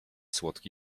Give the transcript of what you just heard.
słodki